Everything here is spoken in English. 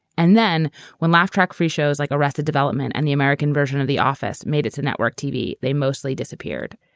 and then when laugh track free shows like arrested development and the american version of the office made it to network tv, they mostly disappeared.